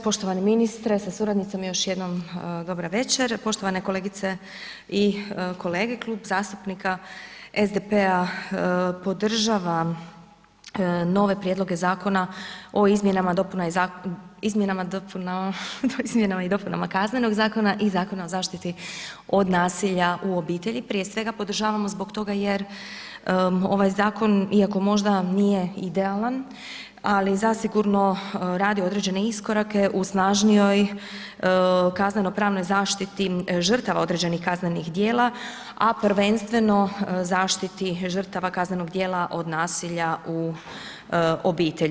Poštovani ministre sa suradnicom i još jednom dobra večer, poštovane kolegice i kolege Klub zastupnika SDP-a podržava nove prijedloge Zakona o izmjenama i dopunama Kaznenog zakona i Zakona o zaštiti od nasilja u obitelji, prije svega podržavamo zbog toga jer ovaj zakon iako možda nije idealan ali zasigurno radi određene iskorake u snažnijoj kazneno pravnoj zaštiti žrtava određenih kaznenih dijela, a prvenstveno zaštiti žrtava kaznenog djela od nasilja u obitelji.